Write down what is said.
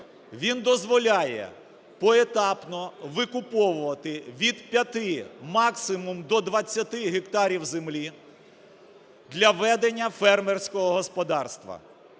Він дозволяє поетапно викуповувати від 5, максимум, до 20 гектарів землі для ведення фермерського господарства.